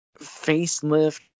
facelift